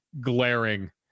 glaring